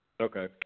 Okay